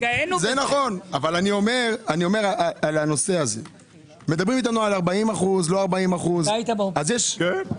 אתה היית באופוזיציה.